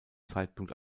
zeitpunkt